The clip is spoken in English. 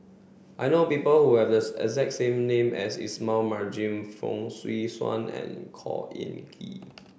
I know people who have the exact name as Ismail Marjan Fong Swee Suan and Khor Ean Ghee